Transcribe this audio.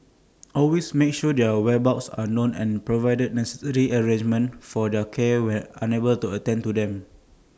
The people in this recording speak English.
always make sure their whereabouts are known and provide necessary arrangements for their care when unable to attend to them